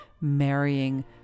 marrying